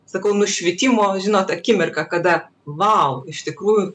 sakau nušvitimo žinot akimirka kada vau iš tikrųjų